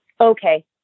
Okay